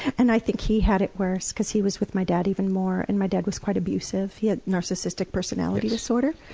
and i think he had it worse, because he was with my dad even more, and my dad was quite abusive. he had narcissistic personality disorder.